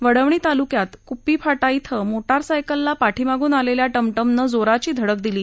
वडवणी तालुक्यात कुप्पी फाटा इथं मोटार सायकलला पाठीमागून आलेल्या टमटमनं जोराची धडक दिली